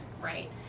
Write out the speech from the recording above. right